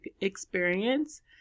experience